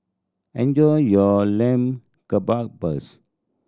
enjoy your Lamb Kebabs